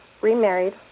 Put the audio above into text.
remarried